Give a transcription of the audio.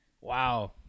Wow